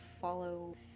follow